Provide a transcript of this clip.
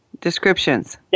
Descriptions